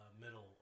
middle